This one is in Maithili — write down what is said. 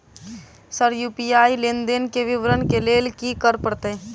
सर यु.पी.आई लेनदेन केँ विवरण केँ लेल की करऽ परतै?